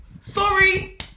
sorry